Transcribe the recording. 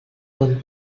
bon